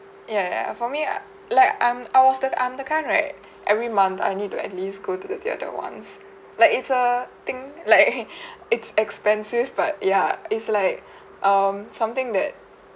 ya ya ya for me I like I'm I was the I'm the kind of right every month I need to at least go to the theater once like it's a thing like it's expensive but ya it's like um something that